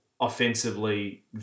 offensively